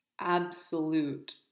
absolute